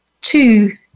two